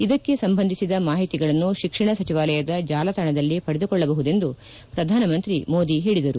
ಇದಕ್ಕೆ ಸಂಬಂಧಿಸಿದ ಮಾಹಿತಿಗಳನ್ನು ಶಿಕ್ಷಣ ಸಚಿವಾಲಯದ ಜಾಲತಾಣದಲ್ಲಿ ಪಡೆದುಕೊಳ್ಳಬಹುದೆಂದು ಪ್ರಧಾನಮಂತ್ರಿ ನರೇಂದ್ರ ಮೋದಿ ಹೇಳಿದರು